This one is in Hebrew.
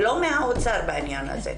ולא מהאוצר בעניין הזה,